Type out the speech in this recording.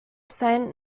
saint